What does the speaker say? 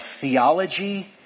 theology